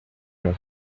nos